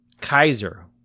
Kaiser